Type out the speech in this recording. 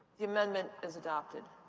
the amendment is adopted.